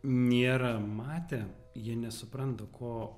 nėra matę jie nesupranta ko